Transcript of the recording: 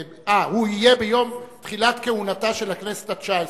הוא יהיה ביום תחילת כהונתה של הכנסת התשע-עשרה,